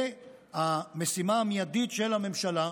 והמשימה המיידית של הממשלה,